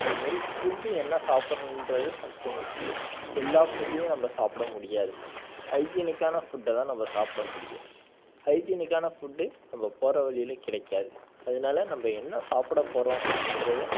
அதுமாரி ஃபுட் என்ன சாப்புடுறன்றது ஃபஸ்ட் முக்கியம் எல்லா ஃபுட்டையும் நம்ம சாப்பிட முடியாது ஹைஜீனிக்கான ஃபுட்டை தான் நம்ம சாப்பிட முடியும் ஹைஜீனிக்கான ஃபுட் நம்ம போகிற வழியிலே கிடைக்காது அதனால நம்ம என்ன சாப்பிட போகிறோம் என்றதை